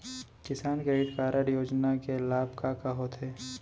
किसान credit card योजना के लाभ का का होथे?